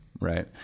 right